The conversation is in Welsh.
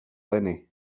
eleni